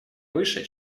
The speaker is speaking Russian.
выше